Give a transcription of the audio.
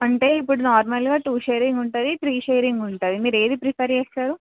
అంటే ఇప్పుడు నార్మల్గా టూ షేరింగ్ ఉంటుంది త్రీ షేరింగ్ ఉంటుంది మీరు ఏది ప్రిఫర్ చేస్తారు